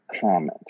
comment